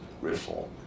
reform